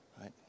right